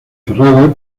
cerrada